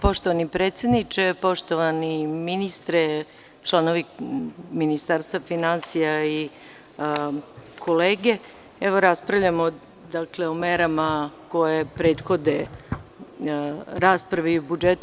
Poštovani predsedniče, poštovani ministre, članovi Ministarstva finansija i kolege, evo raspravljamo o merama koje prethode raspravi o budžetu.